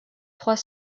trois